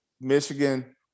Michigan